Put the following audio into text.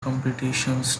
competitions